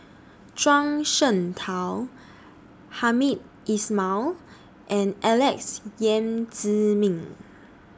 Zhuang Shengtao Hamed Ismail and Alex Yam Ziming